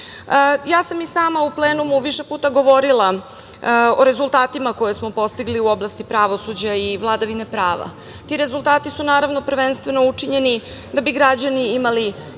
sam i sama u plenumu više puta govorila o rezultatima koje smo postigli u oblasti pravosuđa i vladavine prava. Ti rezultati su naravno prvenstveno učinjeni da bi građani imali jednak